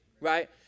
right